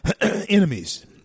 enemies